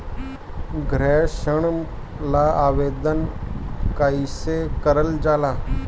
गृह ऋण ला आवेदन कईसे करल जाला?